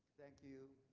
thank you,